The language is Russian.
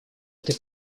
этой